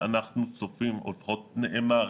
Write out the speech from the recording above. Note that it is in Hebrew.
נאמר,